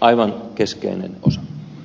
aivan keskeinen osa